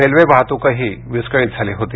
railway वाहतुकही विस्कळित झाली होती